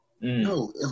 No